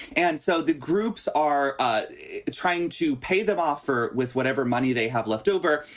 and so the groups are ah trying to pay them, offer with whatever money they have leftover.